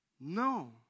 No